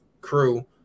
crew